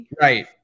right